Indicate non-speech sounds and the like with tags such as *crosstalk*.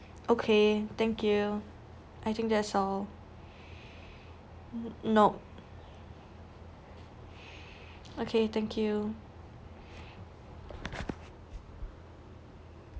okay thank you I think that's all *breath* nope okay thank you